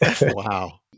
Wow